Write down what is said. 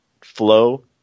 flow